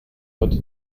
heute